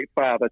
father